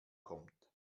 kommt